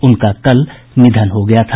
उनका कल निधन हो गया था